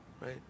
Right